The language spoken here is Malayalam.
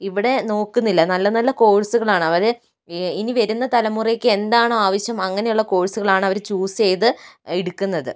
ഇവിടെ നോക്കുന്നില്ല നല്ല നല്ല കോഴ്സുകളാണ് അവർ ഈ ഇനി വരുന്ന തലമുറയ്ക്ക് എന്താണോ ആവശ്യം അങ്ങനെയുള്ള കോഴ്സുകളാണ് അവർ ചൂസ് ചെയ്ത് ഇടുക്കുന്നത്